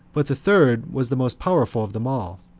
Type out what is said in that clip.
but the third was the most powerful of them all,